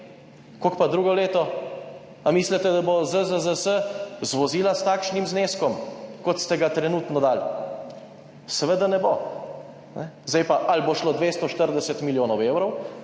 Koliko pa drugo leto? Ali mislite, da bo ZZZS zvozila s takšnim zneskom, kot ste ga trenutno dali? Seveda ne bo. Zdaj pa ali bo šlo 240 milijonov evrov